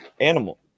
animal